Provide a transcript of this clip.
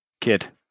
Kid